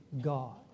God